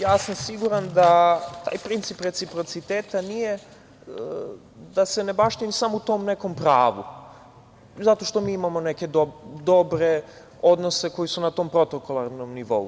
Ja sam siguran da taj princip reciprociteta ne baštini se samo u tom nekom pravu, zato što mi imamo neke dobre odnose koji su na tom protokolarnom nivou.